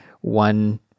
one